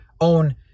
own